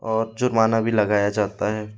और जुर्माना भी लगाया जाता है